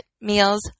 meals